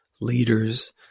leaders